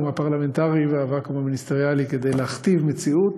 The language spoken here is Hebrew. הפרלמנטרי והווקום המיניסטריאלי כדי להכתיב מציאות